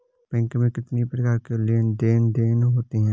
Bank में कितनी प्रकार के लेन देन देन होते हैं?